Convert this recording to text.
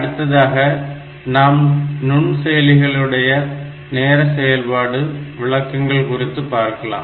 அடுத்ததாக நாம் நுண்செயலிகளுடைய நேர செயல்பாடு விளக்கங்கள் குறித்து பார்க்கலாம்